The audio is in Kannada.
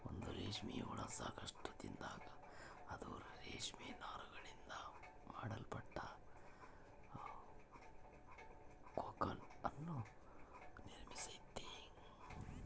ಒಂದು ರೇಷ್ಮೆ ಹುಳ ಸಾಕಷ್ಟು ತಿಂದಾಗ, ಅದು ರೇಷ್ಮೆ ನಾರುಗಳಿಂದ ಮಾಡಲ್ಪಟ್ಟ ಕೋಕೂನ್ ಅನ್ನು ನಿರ್ಮಿಸ್ತೈತೆ